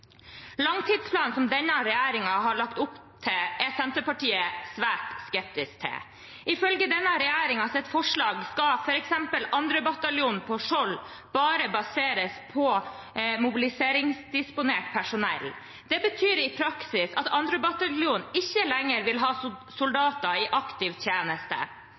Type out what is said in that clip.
Langtidsplanen som denne regjeringen har lagt opp til, er Senterpartiet svært skeptisk til. Ifølge denne regjeringens forslag skal f.eks. 2. bataljon på Skjold bare baseres på mobiliseringsdisponert personell. Det betyr i praksis at 2. bataljon ikke lenger vil ha soldater i aktiv tjeneste,